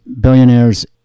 billionaires